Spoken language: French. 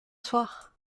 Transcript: soir